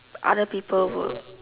other people will